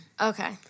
okay